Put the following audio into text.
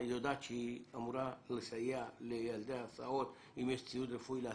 היא יודעת שהיא אמורה לסייע לילדי ההסעות אם יש ציוד רפואי?